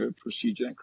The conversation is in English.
procedure